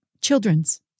children's